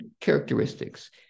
characteristics